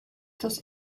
das